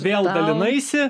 vėl dalinaisi